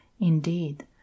indeed